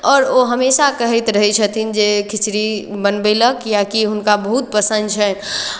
आओर ओ हमेशा कहैत रहै छथिन जे खिचड़ी बनबय लेल किएकि हुनका बहुत पसन्द छनि